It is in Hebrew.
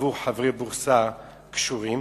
עבור חברי בורסה קשורים,